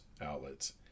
outlets